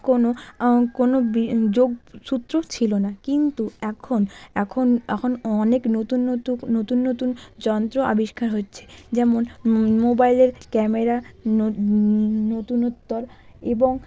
কোনও কোনও যোগসূত্র ছিল না কিন্তু এখন এখন এখন অনেক নতুন নতুন নতুন যন্ত্র আবিষ্কার হচ্ছে যেমন মোবাইলের ক্যামেরা নতুনতর এবং